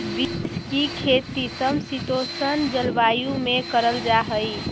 beans की खेती समशीतोष्ण जलवायु में करल जा हई